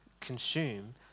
consume